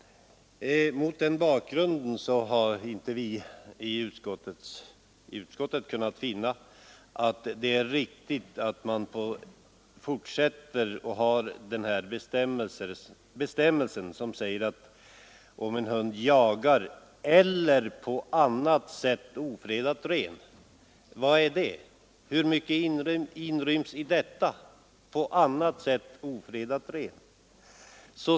Mot den bakgrunden har vi i utskottet inte kunna finna det vara riktigt att ha kvar den bestämmelsen som säger att om en hund jagar eller på annat sätt ofredar ren — vad är det, hur mycket inryms i detta uttryck ”på annat sätt ofredar ren”?